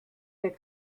der